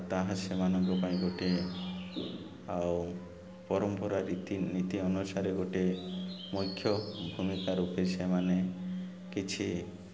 ତାହା ସେମାନଙ୍କ ପାଇଁ ଗୋଟେ ଆଉ ପରମ୍ପରା ରୀତି ନୀତି ଅନୁସାରେ ଗୋଟେ ମୁଖ୍ୟ ଭୂମିକା ରୂପେ ସେମାନେ କିଛି